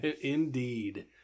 Indeed